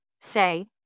say